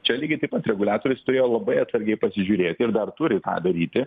čia lygiai taip pat reguliatorius turėjo labai atsargiai pasižiūrėti ir dar turi tą daryti